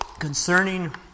concerning